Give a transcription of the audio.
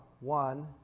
one